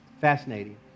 Fascinating